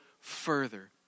further